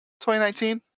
2019